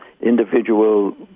individual